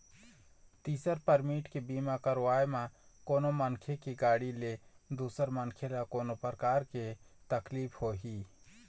तिसर पारटी के बीमा करवाय म कोनो मनखे के गाड़ी ले दूसर मनखे ल कोनो परकार के तकलीफ होही